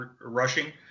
rushing